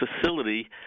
facility